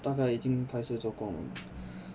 大概已经开始做工